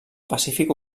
pacífic